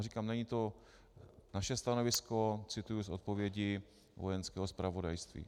Říkám, není to naše stanovisko, cituji z odpovědi Vojenského zpravodajství.